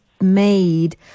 made